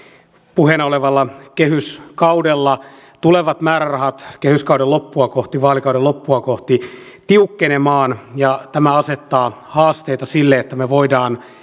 puheena olevalla kehyskaudella tulevat määrärahat kehyskauden loppua kohti vaalikauden loppua kohti tiukkenemaan ja tämä asettaa haasteita sille että me voimme